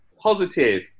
Positive